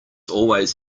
always